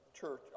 church